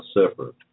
separate